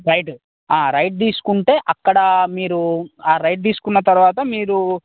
right right తీసుకుంటే అక్కడ మీరు ఆ రైట్ తీసుకున్న తర్వాత మీరు